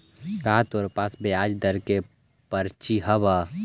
का तोरा पास ब्याज दर के पर्ची हवअ